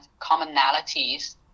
commonalities